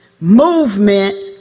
movement